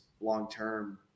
long-term